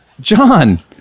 John